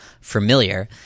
familiar